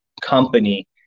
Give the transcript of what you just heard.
company